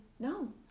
No